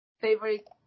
Favorite